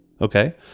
okay